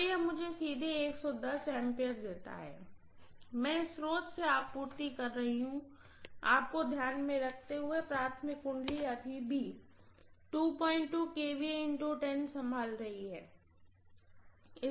तो यह मुझे सीधे A देता है मैं स्रोत से आपूर्ति कर रहा हूं आपको ध्यान में रखते हुए प्राइमरीवाइंडिंग अभी भी केवल संभाल रही है